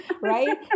right